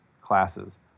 classes